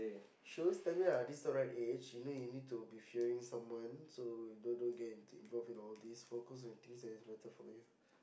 she always tell me this not the right age you need to be fearing someone so don't don't get into all these focus on things that's better for you